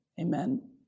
Amen